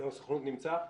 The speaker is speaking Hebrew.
יו"ר הסוכנות נמצא?